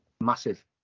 massive